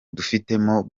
dufitemo